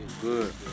Good